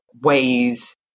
ways